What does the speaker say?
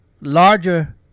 larger